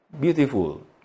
Beautiful